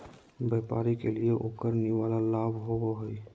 व्यापारी के लिए उकर निवल लाभ होबा हइ